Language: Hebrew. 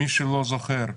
מי שלא זוכר,